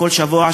כל שבוע,